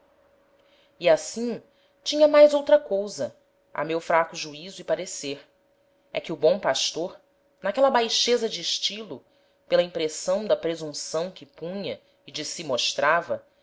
e assim tinha mais outra cousa a meu fraco juizo e parecer é que o bom pastor n'aquela baixeza de estilo pela impressão da presunção que punha e de si mostrava